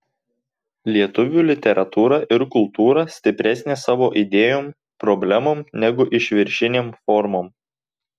lietuvių literatūra ir kultūra stipresnė savo idėjom problemom negu išviršinėm formom